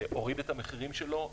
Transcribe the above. הוריד את המחירים שלו,